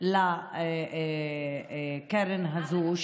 של הקרן הזו.